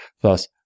Thus